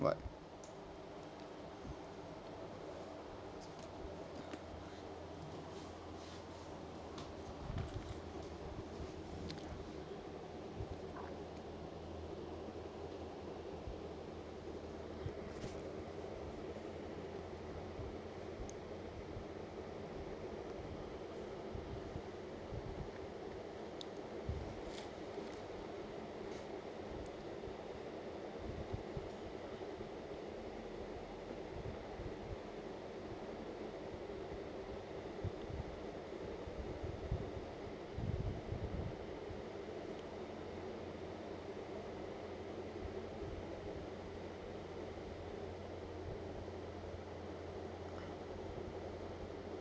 what